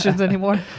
anymore